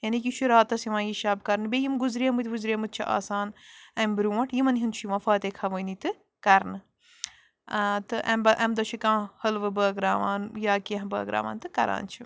یعنے کہِ یہِ چھُ راتس یِوان یہِ شَب کَرنہٕ بیٚیہِ یِم گُزریٚمٕتۍ وٕزریٚمٕتۍ چھِ آسان اَمہِ برٛونٹھ یِمن ہنٛد چھُ یِوان فاطے خوانی تہٕ کَرنہٕ تہٕ اَمہِ اَمہِ دۄہ چھُ کانٛہہ حٔلوٕ بٲگراوان یا کیٚنٛہہ بٲگراوان تہٕ کَران چھِ